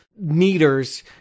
meters